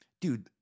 dude